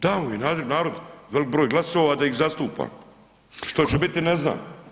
Dao mi narod velik broj glasova da ih zastupam, što će biti ne znam